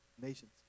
nations